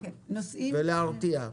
ולהרתיע.